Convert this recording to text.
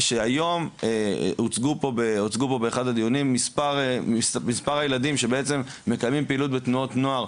היום הוצגו פה באחד הדיונים מספר הילדים שמקיימים פעילות בתנועות נוער,